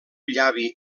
llavi